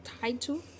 title